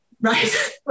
right